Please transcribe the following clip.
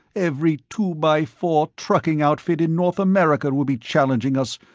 every two by four trucking outfit in north america will be challenging us,